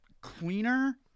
cleaner